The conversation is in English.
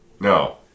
No